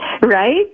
Right